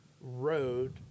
road